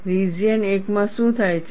region 1 માં શું થાય છે